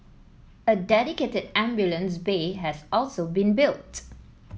a dedicated ambulance bay has also been built